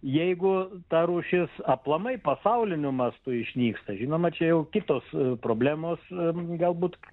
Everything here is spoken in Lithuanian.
jeigu ta rūšis aplamai pasauliniu mastu išnyksta žinoma čia jau kitos problemos galbūt